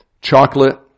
Chocolate